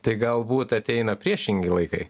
tai galbūt ateina priešingi laikai